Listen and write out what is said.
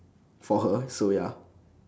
for her so ya